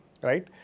right